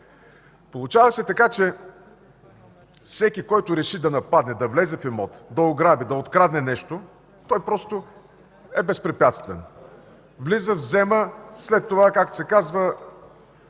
Получава се така, че всеки, който реши да нападне, да влезе в имот, да ограби, да открадне нещо, просто е безпрепятствен. Влиза, взема, а след това – ходи